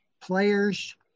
players